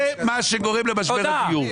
זה מה שגורם למשבר הדיור.